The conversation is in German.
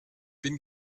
bin